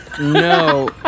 No